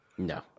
No